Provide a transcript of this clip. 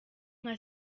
nka